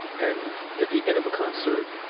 and at the end of a concert,